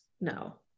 no